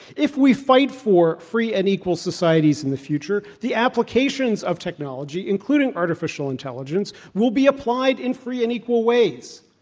if we fight for free and equal societies in the future, the applications of technology including artificial intelligence, will be applied in free and equal ways.